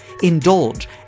Indulge